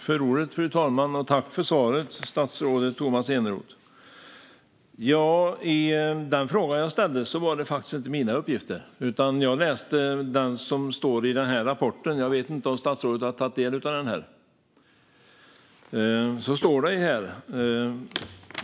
Fru talman! Uppgifterna i den fråga jag ställde var faktiskt inte mina, utan jag läste det som står i rapporten jag håller i - jag vet inte om statsrådet har tagit del av den.